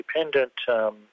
independent